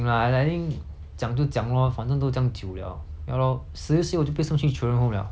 ya lor 十一岁我就被送去 children home liao then 我在 children home !wah! 两年 zuo bo lor